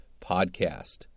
podcast